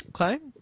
Okay